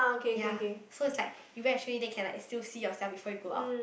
ya so it's like you can actually then can like still see yourself before you go out